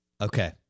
Okay